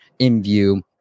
InView